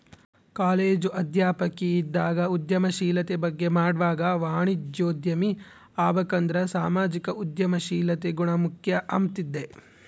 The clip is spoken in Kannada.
ಕಾಲೇಜು ಅಧ್ಯಾಪಕಿ ಇದ್ದಾಗ ಉದ್ಯಮಶೀಲತೆ ಬಗ್ಗೆ ಮಾಡ್ವಾಗ ವಾಣಿಜ್ಯೋದ್ಯಮಿ ಆಬಕಂದ್ರ ಸಾಮಾಜಿಕ ಉದ್ಯಮಶೀಲತೆ ಗುಣ ಮುಖ್ಯ ಅಂಬ್ತಿದ್ದೆ